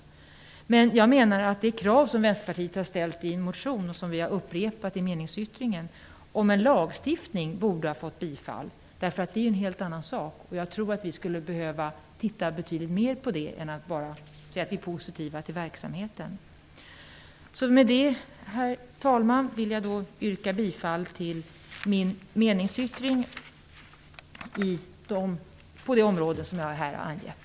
Men det krav som Vänsterpartiet ställt i en motion om en lagstiftning, vilket vi har upprepat i vår meningsyttring, borde fått bifall. En lagstiftning är ju en helt annan sak. Jag tror att vi skulle behöva titta närmare på detta och inte bara säga att vi är positiva till verksamheten. Herr talman! Med detta vill jag yrka bifall till min meningsyttring på de områden som jag här angett.